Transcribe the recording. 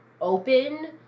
open